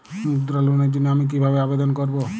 মুদ্রা লোনের জন্য আমি কিভাবে আবেদন করবো?